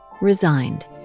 resigned